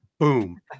Boom